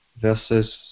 versus